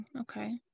okay